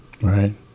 Right